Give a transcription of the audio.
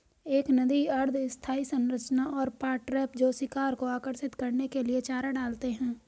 एक नदी अर्ध स्थायी संरचना और पॉट ट्रैप जो शिकार को आकर्षित करने के लिए चारा डालते हैं